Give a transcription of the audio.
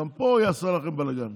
גם פה הוא יעשה לכם בלגן,